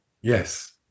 Yes